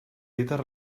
dites